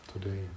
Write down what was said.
Today